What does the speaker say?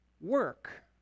work